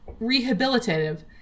rehabilitative